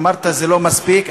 אמרת: זה לא מספיק,